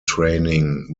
training